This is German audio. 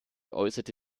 äußerte